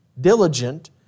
Diligent